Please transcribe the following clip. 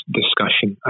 discussion